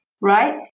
right